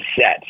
set